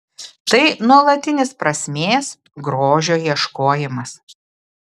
tai nuolatinis prasmės grožio ieškojimas